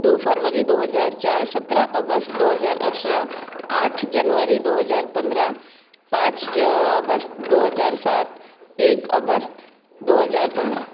दो फरवरी दो हज़ार चार सत्रह अगस्त दो हज़ार अट्ठारह आठ जनवरी दो हज़ार पंद्रह पाँच अगस्त दो हज़ार सात एक अगस्त दो हज़ार पंद्रह